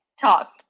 Talk